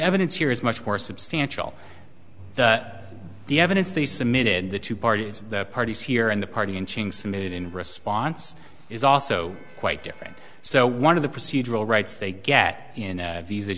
evidence here is much more substantial the evidence they submitted the two parties the parties here and the party inching samit in response is also quite different so one of the procedural rights they get in